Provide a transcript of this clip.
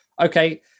okay